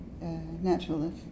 naturalist